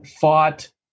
fought